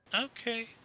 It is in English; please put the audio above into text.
Okay